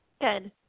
Good